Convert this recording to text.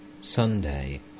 Sunday